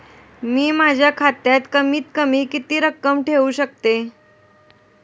मी माझ्या खात्यात कमीत कमी किती रक्कम ठेऊ शकतो?